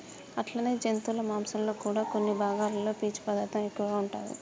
అట్లనే జంతువుల మాంసంలో కూడా కొన్ని భాగాలలో పీసు పదార్థం ఎక్కువగా ఉంటాది